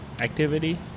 activity